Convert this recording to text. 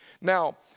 Now